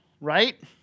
right